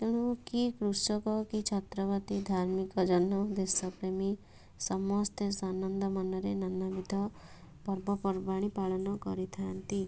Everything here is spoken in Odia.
ତେଣୁ କି କୃଷକ କି ଛାତ୍ରବାଦୀ ଧାର୍ମିକ ଜନ ଦେଶପ୍ରେମୀ ସମସ୍ତେ ସ ଆନନ୍ଦ ମନରେ ନାନାବିଧ ପର୍ବପର୍ବାଣୀ ପାଳନ କରିଥାନ୍ତି